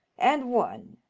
and one.